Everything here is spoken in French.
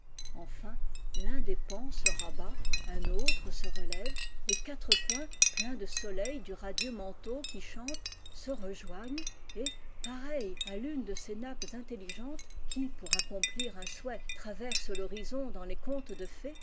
enfin l'un des pans se rabat un autre se relevé les quatre coins pleins de soleil du radieux manteau qui chante se rejoignent et pareil à tune de ces nappes intelligentes qui pour accomplir un souhait traversent rhorizon dans les contes de fées